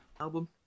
Album